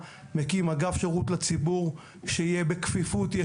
גם בסיעוד וגם בגמלאות האחרות לשפות שונות.